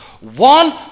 One